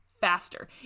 faster